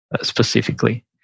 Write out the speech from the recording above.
specifically